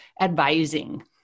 advising